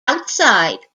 outside